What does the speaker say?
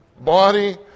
body